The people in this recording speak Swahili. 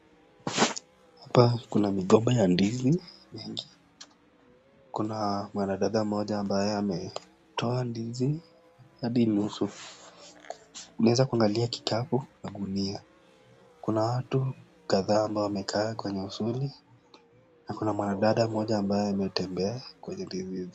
Hapa kuna migomba ya ndizi mengi, kuna mwanadada mmoja ambaye ametoa ndizi hadi nusu, unaeza kuangalia kikapu na gunia, kuna watu kadhaa ambao wamekaa kwenye usuli na kuna mwanadada mmoja ambaye ametembea kwenye ndizi hizi.